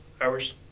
hours